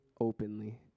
openly